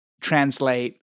translate